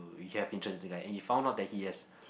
you have interest in the guy and you found out that he has